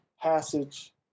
passage